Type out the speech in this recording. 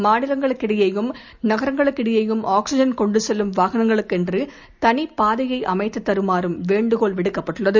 மாநிலங்களுக்கிடையேயும் நகரங்களுக்கிடையேயும் செல்லும் வாகளங்களுக்கென்று தனிப் பாதையை அமைத்து தருமாறும் வேண்டுகோள் விடுக்கப்பட்டுள்ளது